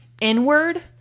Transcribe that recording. inward